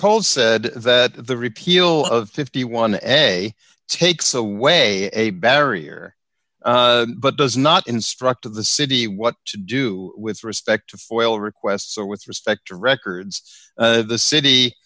cole said that the repeal of fifty one essay takes away a barrier but does not instruct to the city what to do with respect to foil requests or with respect to records of the city